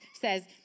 says